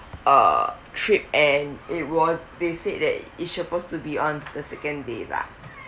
uh trip and and it was they said that it's supposed to be on the second day lah